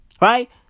Right